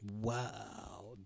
Wow